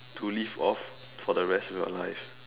to live off for the rest of your life